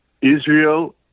Israel